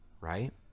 right